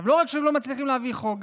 לא רק שלא מצליחים להעביר חוק,